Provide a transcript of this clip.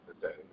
today